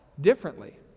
differently